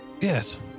Yes